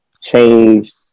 changed